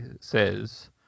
says